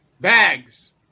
bags